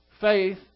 faith